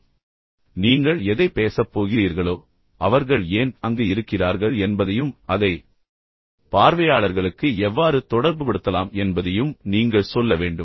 அதாவது நீங்கள் எதைப் பேசப் போகிறீர்களோ அவர்கள் ஏன் அங்கு இருக்கிறார்கள் என்பதையும் அதை பார்வையாளர்களுக்கு எவ்வாறு தொடர்புபடுத்தலாம் என்பதையும் நீங்கள் சொல்ல வேண்டும்